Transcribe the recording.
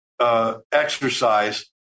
exercise